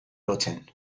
lotzen